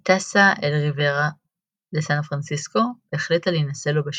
היא טסה אל ריברה לסן פרנסיסקו והחליטה להינשא לו בשנית.